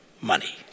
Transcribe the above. money